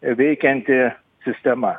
veikianti sistema